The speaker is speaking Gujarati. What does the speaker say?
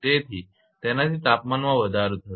તેથી તેનાથી તાપમાનમાં વધારો થશે